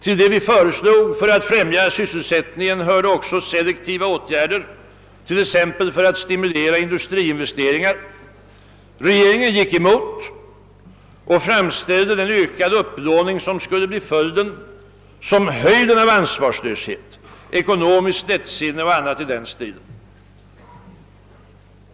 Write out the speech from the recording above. I våra förslag för att främja sysselsättningen ingick också selektiva åtgärder, t.ex. i syfte att stimulera industriinvesteringarna. Regeringen motsatte sig detta och framställde den ökade upplåning som skulle bli följden såsom höjden av ansvarslöshet, ekonomiskt lättsinne och annat i den stilen.